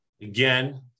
Again